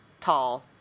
tall